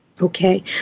Okay